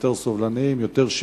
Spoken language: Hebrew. יותר סובלניים,